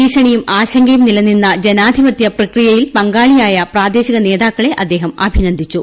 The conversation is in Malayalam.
ഭീഷണിയും ആശങ്കയും നിലനിന്ന ജനാധിപത്യ പ്രക്രിയയിൽ പങ്കാളിയായ പ്രാദേശിക നേതാക്കളെ അദ്ദേഹം അഭിനന്ദിച്ചു